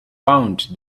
found